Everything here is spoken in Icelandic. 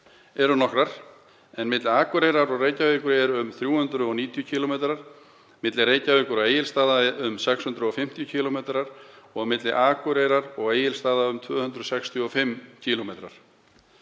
eru nokkrar. Milli Akureyrar og Reykjavíkur eru um 390 km, milli Reykjavíkur og Egilsstaða um 650 km og milli Akureyrar og Egilsstaða um 265 km.